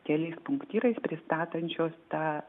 keliais punktyrais pristatančios tą